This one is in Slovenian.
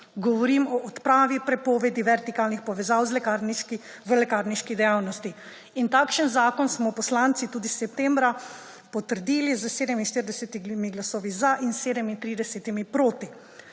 govorim o odpravi prepovedi vertikalnih povezav v lekarniški dejavnosti in takšen zakon smo poslanci tudi septembra potrdili s 47 glasovi za in 37 proti.